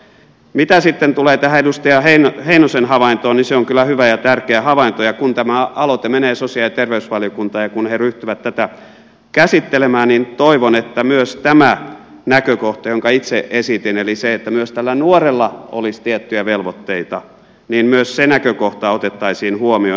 mitä sitten tulee tähän edustaja heinosen havaintoon niin se on kyllä hyvä ja tärkeä havainto ja kun tämä aloite menee sosiaali ja terveysvaliokuntaan ja kun he ryhtyvät tätä käsittelemään niin toivon että myös tämä näkökohta jonka itse esitin eli se että myös tällä nuorella olisi tiettyjä velvoitteita otettaisiin huomioon